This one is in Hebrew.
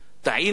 טעינו,